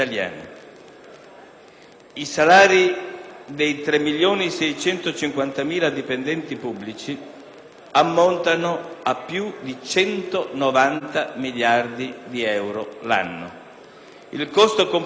i salari dei 3,65 milioni di dipendenti pubblici ammontano a più di 190 miliardi di euro l'anno;